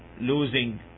losing